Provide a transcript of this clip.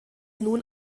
nun